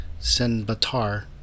Senbatar